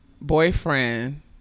Boyfriend